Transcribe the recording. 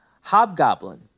Hobgoblin